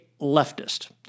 leftist